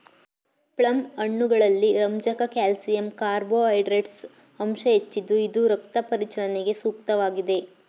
plum ಹಣ್ಣುಗಳಲ್ಲಿ ರಂಜಕ calcium carbohydrates ಅಂಶ ಹೆಚ್ಚಿದ್ದು ಇದು ರಕ್ತ ಪರಿಚಲನೆಗೆ ಸೂಕ್ತವಾಗಿದೆ